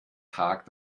tag